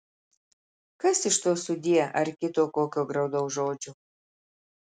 kas iš to sudie ar kito kokio graudaus žodžio